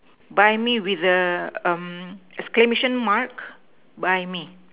buy me with a um exclamation mark buy me